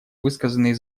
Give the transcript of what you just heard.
высказанные